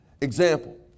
example